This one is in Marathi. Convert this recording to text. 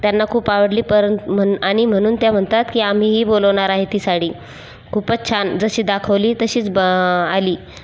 त्यांना खूप आवडली परं म्हण् आणि म्हणून त्या म्हणतात की आम्हीही बोलावणार आहे ती साडी खूपच छान जशी दाखवली तशीच ब आली